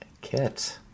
Kit